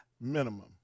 Minimum